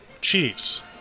Chiefs